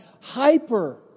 hyper-